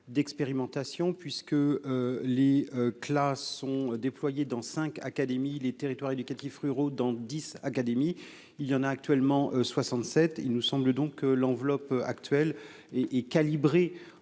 d'expérimentation puisque les classes sont déployés dans 5 académies les territoires éducatif ruraux dans 10 académies, il y en a actuellement 67, il nous semble donc l'enveloppe actuelle et et calibrée